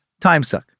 timesuck